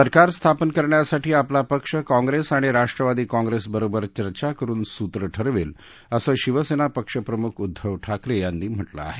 सरकार स्थापन करण्यासाठी आपला पक्ष काँप्रेस आणि राष्ट्रवादी काँप्रेसबरोबर चर्चा करुन सूत्रं ठरवेल असं शिवसेना पक्षप्रमुख उद्दव ठाकरे यांनी म्हटलं आहे